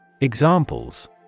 Examples